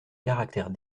caractère